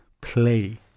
play